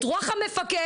את רוח המפקד,